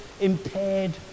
impaired